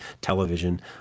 television